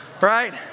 Right